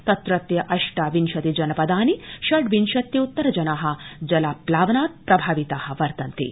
तत्रत्य अष्टाविंशति जनप ानि षडविंशत्यृत्तर जना जलाप्लावनात् प्रभाविता वर्तन्ते